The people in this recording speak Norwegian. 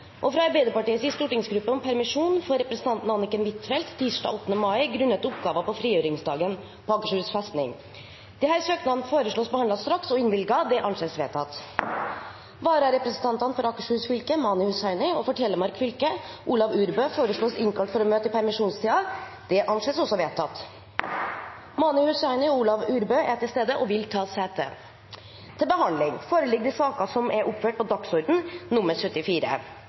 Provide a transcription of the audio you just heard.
og med 8. mai og inntil videre fra Arbeiderpartiets stortingsgruppe om permisjon for representanten Anniken Huitfeldt tirsdag 8. mai grunnet oppgaver på frigjøringsdagen på Akershus festning. Etter forslag fra presidenten ble enstemmig besluttet: Søknadene behandles straks og innvilges. Følgende vararepresentanter innkalles for å møte i permisjonstiden: For Akershus fylke: Mani Hussaini For Telemark fylke: Olav Urbø Mani Hussaini og Olav Urbø er til stede og vil ta sete. Jeg vil takke komiteens medlemmer for et konstruktivt og godt samarbeid. Saken vi har til behandling, er et grunnlovsforslag som